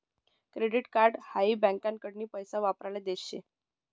credit card हाई बँकाकडीन पैसा वापराले देल शे